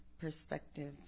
perspective